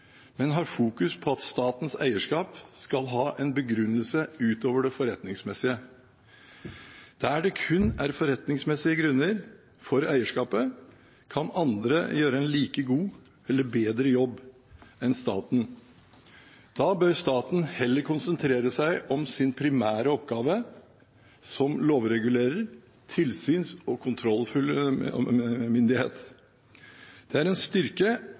men har fokus på at statens eierskap skal ha en begrunnelse utover det forretningsmessige. Der det kun er forretningsmessige grunner for eierskapet, kan andre gjøre en like god eller bedre jobb enn staten. Da bør staten heller konsentrere seg om sin primære oppgave som lovregulerer og som tilsyns- og kontrollmyndighet. Det er en styrke